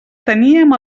teníem